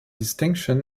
distinction